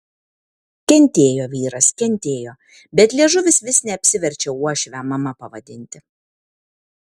kentėjo vyras kentėjo bet liežuvis vis neapsiverčia uošvę mama pavadinti